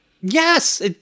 Yes